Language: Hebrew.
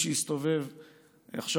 עכשיו,